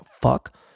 fuck